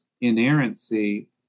inerrancy